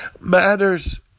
matters